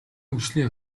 хөгжлийн